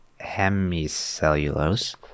hemicellulose